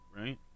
right